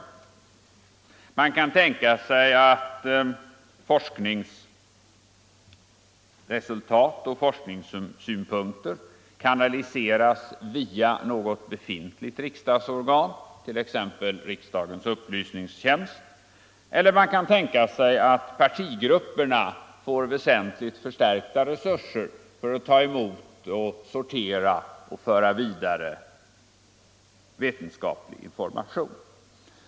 Torsdagen den Man kan tänka sig att forskningsresultat och forskningssynpunkter ka 5 december 1974 naliseras via något befintligt riksdagsorgan, t.ex. riksdagens upplysningstjänst, eller man kan tänka sig att partigrupperna får väsentligt förstärkta — Den statliga resurser för att ta emot, sortera och föra vidare vetenskaplig information.